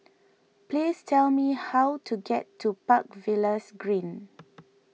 please tell me how to get to Park Villas Green